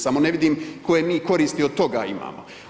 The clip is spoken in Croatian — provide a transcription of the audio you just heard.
Samo ne vidim koje mi koristi od toga imamo.